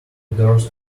doors